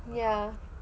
ya